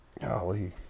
golly